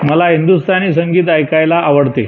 मला हिंदुस्थानी संगीत ऐकायला आवडते